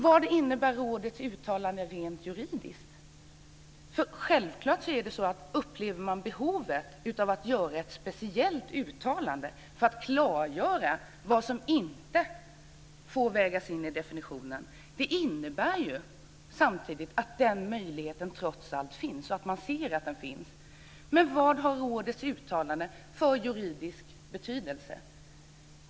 Vad innebär rådets uttalande rent juridiskt? Upplever man ett behov av att göra ett speciellt uttalande för att klargöra vad som inte får vägas in i definitionen innebär det självklart samtidigt att den här möjligheten trots allt finns och att man ser att den finns. Men vad har rådets uttalande för juridisk betydelse?